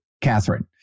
Catherine